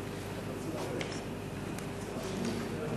שאלה נוספת לחבר הכנסת יעקב כץ.